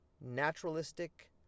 naturalistic